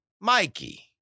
Mikey